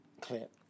clip